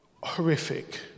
Horrific